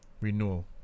Renewal